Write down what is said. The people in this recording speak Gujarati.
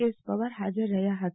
એસ પવાર હાજર રહ્યા હતા